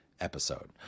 episode